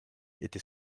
était